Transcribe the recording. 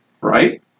Right